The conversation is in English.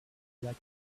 black